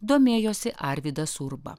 domėjosi arvydas urba